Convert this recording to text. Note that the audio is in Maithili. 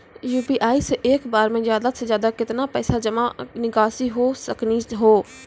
यु.पी.आई से एक बार मे ज्यादा से ज्यादा केतना पैसा जमा निकासी हो सकनी हो?